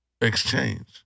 exchange